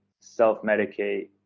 self-medicate